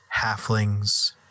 halflings